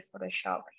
Photoshop